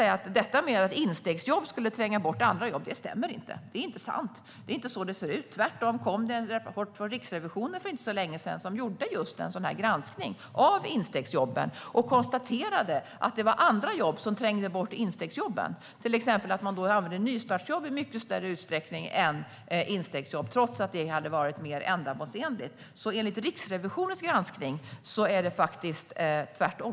Att instegsjobb skulle tränga bort andra jobb stämmer inte. Det är inte sant, och det är inte så det ser ut. Tvärtom kom det en rapport från Riksrevisionen för inte så länge sedan som redovisade en granskning av instegsjobben. Det konstaterades i rapporten att det var andra jobb som trängde bort instegsjobben, till exempel att man använde nystartsjobb i mycket större utsträckning än instegsjobb trots att det hade varit mer ändamålsenligt. Enligt Riksrevisionens granskning är det alltså faktiskt tvärtom.